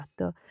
Esatto